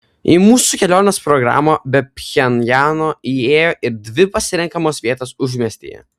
į mūsų kelionės programą be pchenjano įėjo ir dvi pasirenkamos vietos užmiestyje